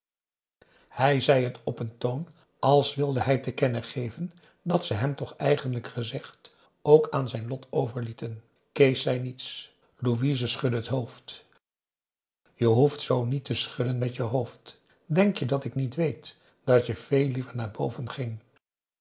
hij zei het op een toon als wilde hij te kennen geven dat ze hem toch eigenlijk gezegd ook aan zijn lot overlieten kees zei niets louise schudde het hoofd je hoeft zoo niet te schudden met je hoofd denk je dat ik niet weet dat je veel liever naar boven ging